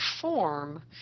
form